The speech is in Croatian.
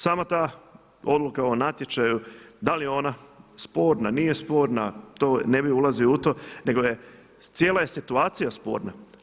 Sama ta odluka o natječaju da li je ona sporna, nije sporna to ne bih ulazio u to, nego je cijela je situacija sporna.